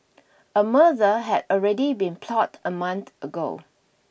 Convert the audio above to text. a murder had already been plotted a month ago